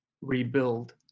rebuild